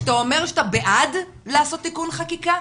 כשאתה אומר שאתה בעד לעשות תיקון חקיקה,